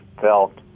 felt